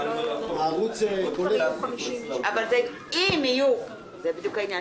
--- זה בדיוק העניין.